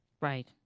Right